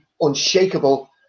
unshakable